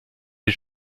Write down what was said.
des